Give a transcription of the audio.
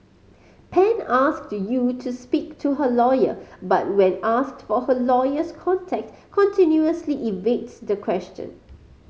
pan asked Yew to speak to her lawyer but when asked for her lawyer's contact continuously evades the question